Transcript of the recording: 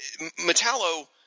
Metallo